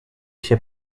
się